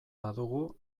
badugu